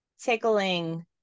tickling